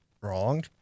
wrong